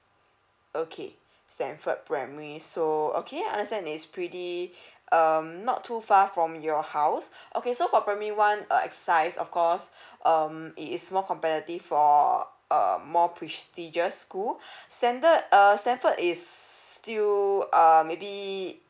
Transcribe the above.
okay stanford primary so okay understand is pretty um not too far from your house okay so for primary one uh exercise of course um it is more competitive for uh more prestigious school standard err stanford is still err maybe